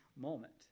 moment